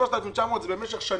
3,900 שקלים, זה במשך שנים.